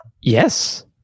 Yes